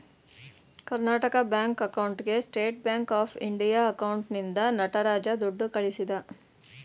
Karnataka bank ಅಕೌಂಟ್ಗೆ state bank of India ಅಕೌಂಟ್ನಿಂದ ನಟರಾಜ ದುಡ್ಡು ಕಳಿಸಿದ